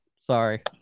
Sorry